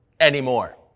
anymore